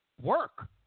work